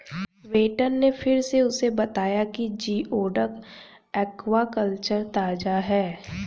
waiter ने फिर उसे बताया कि जिओडक एक्वाकल्चर ताजा है